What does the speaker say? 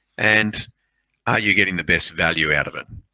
and ah you getting the best value out of it?